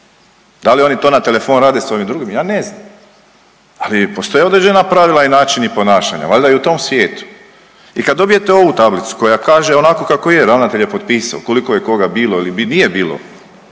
Da li oni na telefon rade s onim drugim, ja ne znam, ali postoje određena pravila i načini ponašanja valjda i u tom svijetu. I kad dobijete ovu tablicu koja kaže onako kako je, ravnatelj je potpiso, koliko je koga bilo ili nije bilo,